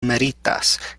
meritas